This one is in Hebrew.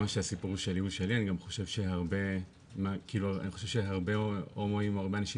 שהסיפור שלי הוא שלי אני חושב שהרבה הומואים והרבה אנשים